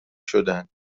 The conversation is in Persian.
شدند